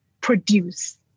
produce